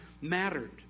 mattered